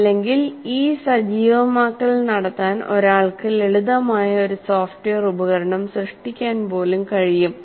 അല്ലെങ്കിൽ ഈ സജീവമാക്കൽ നടത്താൻ ഒരാൾക്ക് ലളിതമായ ഒരു സോഫ്റ്റ്വെയർ ഉപകരണം സൃഷ്ടിക്കാൻ പോലും കഴിയും